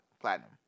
platinum